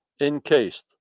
encased